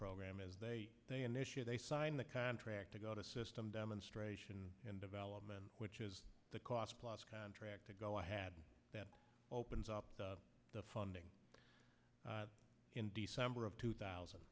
program is they they initially they signed the contract to go to system demonstration and development which is the cost plus contracts ago i had that opens up the funding in december of two thousand